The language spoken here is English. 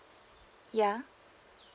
yeah